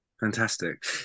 Fantastic